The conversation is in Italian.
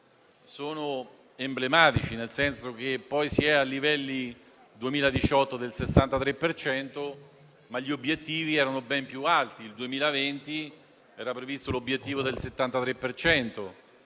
sono emblematici, nel senso che poi si è a livelli del 2018 del 63 per cento, ma gli obiettivi erano ben più alti: nel 2020 era previsto l'obiettivo del 73